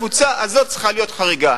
חשב שהקבוצה הזאת צריכה להיות חריגה.